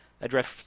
address